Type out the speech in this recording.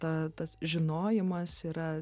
ta tas žinojimas yra